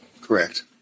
Correct